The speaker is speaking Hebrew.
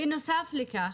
בנוסף לכך,